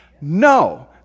No